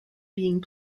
being